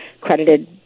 credited